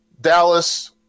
Dallas